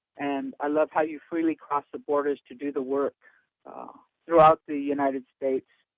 and, i love how you freely cross, the borders to do the work throughout the united states.